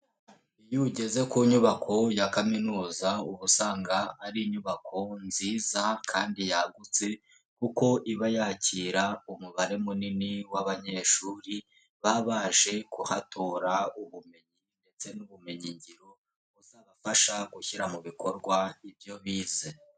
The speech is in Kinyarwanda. Iyo ugeze ku nyubako ya kaminuza, uba usanga ari inyubako nziza kandi yagutse kuko iba yakira umubare munini w'abanyeshuri baba baje kuhatora ubumenyi ndetse n'ubumenyingiro buzabafasha gushyira mu bikorwa ibyo bize.